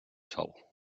sol